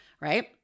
right